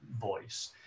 voice